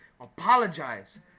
apologize